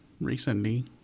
recently